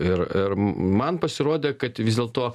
ir ir man pasirodė kad vis dėlto